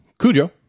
Cujo